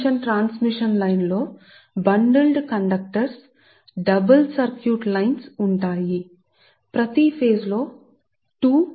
కాబట్టి వాస్తవానికి ఇది ఒక బండిల్ కండక్టర్ లను కలిగి ఉంది డబుల్ సర్క్యూట్ లైన్ లు ఉన్నాయి మీరు హై టెన్షన్ ట్రాన్స్మిషన్ లైన్ చూసినప్పుడు వివిధ రకాలు